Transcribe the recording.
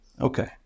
Okay